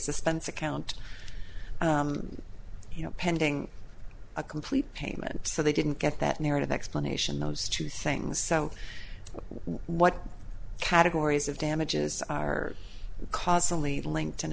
suspense account you know pending a complete payment so they didn't get that narrative explanation those two things so what categories of damages are cosily lin